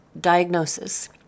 diagnosis